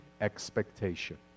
expectation